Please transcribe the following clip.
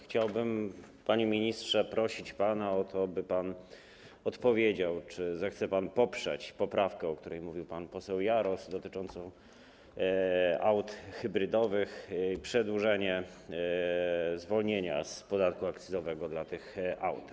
Chciałbym, panie ministrze, prosić pana o to, aby pan odpowiedział, czy zechce pan poprzeć poprawkę, o której mówił pan poseł Jaros, dotyczącą aut hybrydowych, chodzi o przedłużenie zwolnienia z podatku akcyzowego dla tych aut.